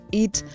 eat